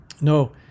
No